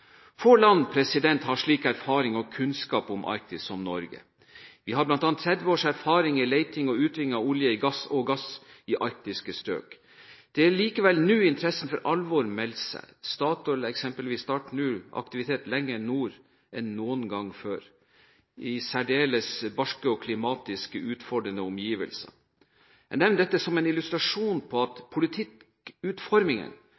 Få land har slik erfaring og kunnskap om Arktis som Norge. Vi har bl.a. 30 års erfaring i leting og utvinning av olje og gass i arktiske strøk. Det er likevel nå interessen for alvor melder seg. Eksempelvis starter Statoil nå aktivitet lenger nord enn noen gang før, i særdeles barske og klimatisk utfordrende omgivelser. Jeg nevner dette som en illustrasjon på